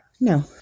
No